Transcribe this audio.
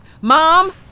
Mom